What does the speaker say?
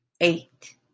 eight